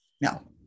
No